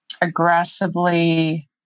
aggressively